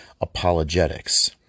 apologetics